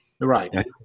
Right